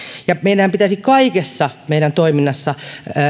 meidänhän pitäisi kaikessa toiminnassamme